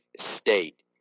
state